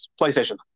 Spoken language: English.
PlayStation